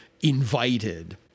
invited